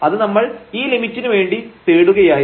അത് നമ്മൾ ഈ ലിമിറ്റിനു വേണ്ടി തേടുകയായിരുന്നു